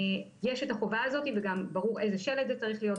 יש את החובה הזאת וגם ברור איזה שלט זה צריך להיות,